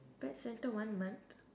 pet centre one month